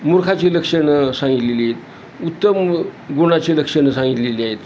मूर्खाची लक्षणं सांगितलेली आहेत उत्तम गुणाचे लक्षणं सांगितलेले आहेत